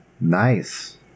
Nice